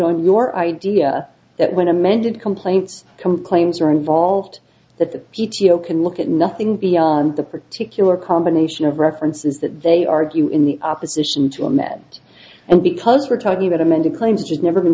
on your idea that when amended complaints come claims are involved that the p t o can look at nothing beyond the particular combination of references that they argue in the opposition to are met and because we're talking about amending claims it's never been